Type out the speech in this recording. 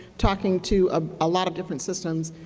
talking to a ah lot of different systems,